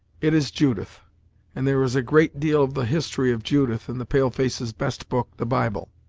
it is judith and there is a great deal of the history of judith in the pale-face's best book, the bible.